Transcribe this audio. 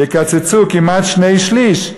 יקצצו כמעט שני-שלישים,